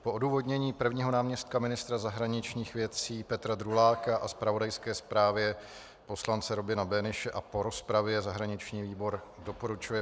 Po odůvodnění prvního náměstka ministra zahraničních věcí Petra Druláka a zpravodajské zprávě poslance Robina Böhnische a po rozpravě zahraniční výbor doporučuje